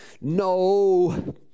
no